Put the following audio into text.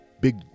big